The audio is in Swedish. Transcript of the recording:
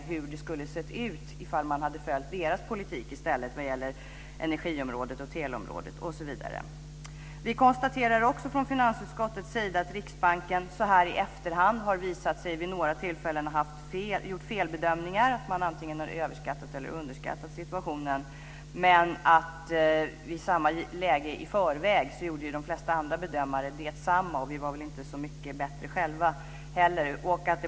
De kan fundera på hur det hade sett ut om man hade följt deras politik i stället på energiområdet, teleområdet osv. Vi konstaterar också från finansutskottets sida att det i efterhand har visat sig att Riksbanken har gjort felbedömningar vid några tillfällen. Man har antingen överskattat eller underskattat olika saker. Men vid samma läge i förväg har de flesta andra bedömare gjort detsamma. Vi var väl inte så mycket bättre själva.